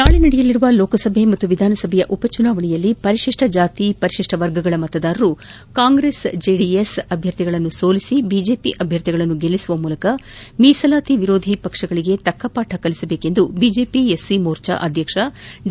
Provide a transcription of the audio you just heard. ನಾಳಿ ನಡೆಯಲಿರುವ ಲೋಕಸಭೆ ಮತ್ತು ವಿಧಾನಸಭೆಯ ಉಪಚುನಾವಣೆಯಲ್ಲಿ ಪರಿಶಿಷ್ಟ ಜಾತಿ ಪರಿಶಿಷ್ವ ವರ್ಗಗಳ ಮತದಾರರು ಕಾಂಗ್ರೆಸ್ ಜೆಡಿಎಸ್ ಅಭ್ಯರ್ಥಿಗಳನ್ನು ಸೋಲಿಸಿ ಬಿಜೆಪಿ ಅಭ್ಯರ್ಥಿಗಳನ್ನು ಗೆಲ್ಲಿಸುವ ಮೂಲಕ ಮೀಸಲಾತಿ ವಿರೋಧಿ ಪಕ್ಷಗಳಿಗೆ ತಕ್ಕ ಪಾಠ ಕಲಿಸಬೇಕೆಂದು ಬಿಜೆಪಿ ಎಸ್ಸಿ ಮೋರ್ಚಾ ಅಧ್ಯಕ್ಷ ದಿ